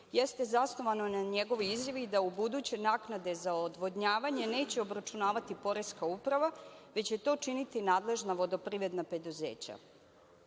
jeste zasnovano na njegovoj izjavi da ubuduće naknade za odvodnjavanje neće obračunavati poreska uprava, već će to činiti nadležna vodoprivredna preduzeća. Svesni